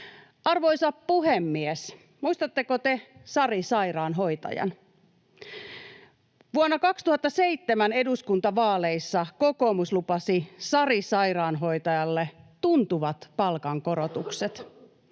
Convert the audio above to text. Arvoisa puhemies! Muistatteko te Sari Sairaanhoitajan? Vuonna 2007 eduskuntavaaleissa kokoomus lupasi Sari Sairaanhoitajalle tuntuvat palkankorotukset.